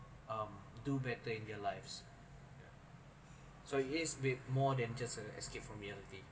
um do better in their lives so it is a bit more than just uh escape from reality